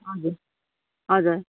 हजुर हजुर